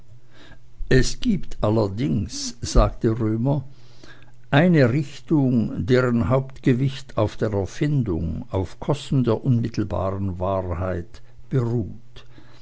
es gibt allerdings sagte römer eine richtung deren hauptgewicht auf der erfindung auf kosten der unmittelbaren wahrheit beruht